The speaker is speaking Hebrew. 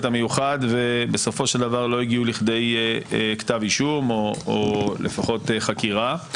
המיוחד ובסופו של דבר לא הגיעו לכדי כתב אישום או לפחות חקירה.